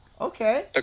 Okay